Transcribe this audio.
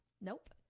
Nope